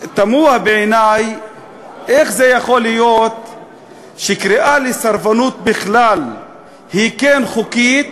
תמוה בעיני איך זה יכול להיות שקריאה לסרבנות בכלל היא כן חוקית,